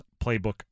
Playbook